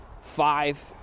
five